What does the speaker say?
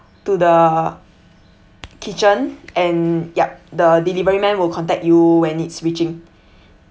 to the kitchen and yup the deliverymen will contact you when it's reaching